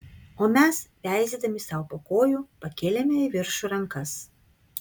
o mes veizėdami sau po kojų pakėlėme į viršų rankas